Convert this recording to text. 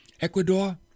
Ecuador